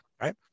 right